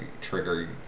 trigger